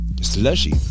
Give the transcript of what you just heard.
Slushy